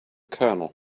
colonel